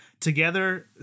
Together